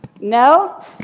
No